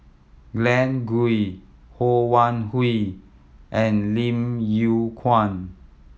Glen Goei Ho Wan Hui and Lim Yew Kuan